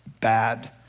bad